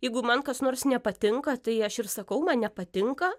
jeigu man kas nors nepatinka tai aš ir sakau man nepatinka